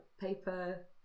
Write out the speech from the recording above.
paper